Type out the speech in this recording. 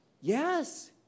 Yes